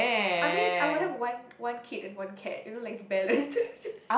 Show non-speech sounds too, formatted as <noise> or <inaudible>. I mean I would have one one kid and one cat you know like it's balanced <laughs> just just